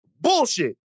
Bullshit